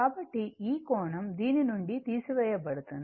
కాబట్టి ఈ కోణం దీని నుండి తీసివేయబడుతుంది